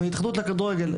או התאחדות התאחדות הכדורגל.